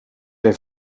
jij